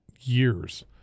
years